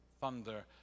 thunder